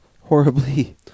Horribly